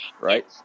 right